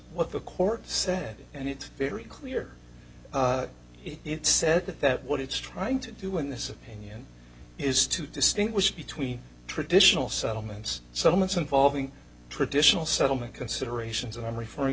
what the court said and it very clear it said that what it's trying to do in this opinion is to distinguish between traditional settlements summits involving traditional settlement considerations and i'm referring